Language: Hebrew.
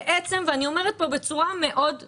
אני אומרת כאן בצורה מאוד צנועה.